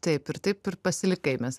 taip ir taip ir pasilikai mes